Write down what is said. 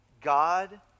God